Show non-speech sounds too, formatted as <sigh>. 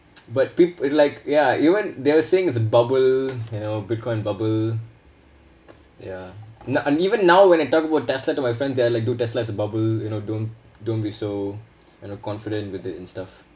<noise> but peop~ like ya even there are saying it's a bubble you know bitcoin bubble ya and even now when I talk about tesla to my friend they are like dude tesla is a bubble you know don't don't be so you know confident with it and stuff